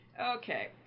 Okay